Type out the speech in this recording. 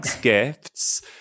gifts